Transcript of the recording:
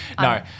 No